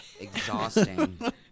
exhausting